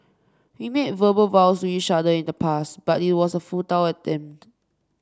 we made verbal vows each other in the past but it was a futile attempt